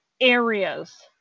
areas